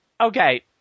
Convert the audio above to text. Okay